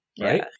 Right